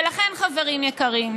ולכן, חברים יקרים,